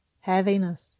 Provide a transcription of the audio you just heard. heaviness